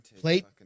plate